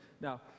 now